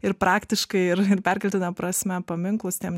ir praktiškai ir ir perkeltine prasme paminklus tiem